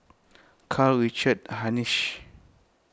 Karl Richard Hanitsch